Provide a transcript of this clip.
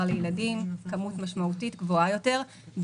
לילדים ואנחנו צורכים כמות משמעותית גדולה יותר,